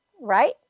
right